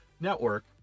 network